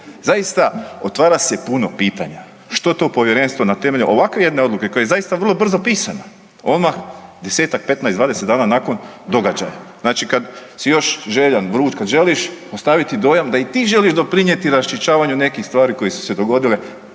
Zaista otvara se puno pitanja što to povjerenstvo na temelju ovakve jedne odluke koja je zaista vrlo brzo pisana odmah desetak, petnaest, dvadeset dana nakon događaja, znači kad si još željan, vruć kad želiš ostaviti dojam da i ti želiš doprinijeti raščišćavanju nekih stvari koje su se dogodile